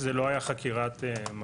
זו לא הייתה חקירת מבת"ן,